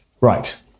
right